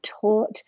taught